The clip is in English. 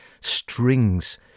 strings